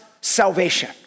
salvation